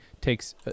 takes